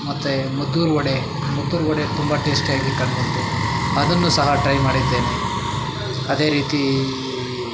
ಮತ್ತೆ ಮದ್ದೂರು ವಡೆ ಮದ್ದೂರು ವಡೆ ತುಂಬ ಟೇಸ್ಟಿಯಾಗಿ ಕಂಡು ಬಂತು ಅದನ್ನೂ ಸಹ ಟ್ರೈ ಮಾಡಿದ್ದೇನೆ ಅದೇ ರೀತಿ